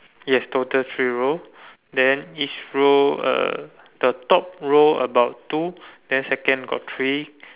yes total three row then each row uh the top row about two then second got three